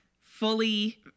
fully